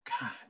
God